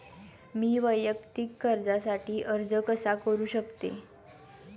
मी वैयक्तिक कर्जासाठी अर्ज कसा करु शकते?